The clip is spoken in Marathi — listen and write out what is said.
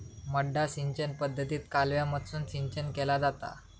मड्डा सिंचन पद्धतीत कालव्यामधसून सिंचन केला जाता